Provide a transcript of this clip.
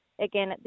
again